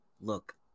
look